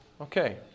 Okay